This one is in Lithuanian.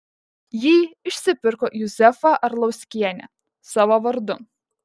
jį išsipirko juzefa arlauskienė savo vardu